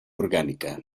orgánica